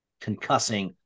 concussing